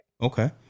Okay